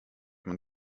man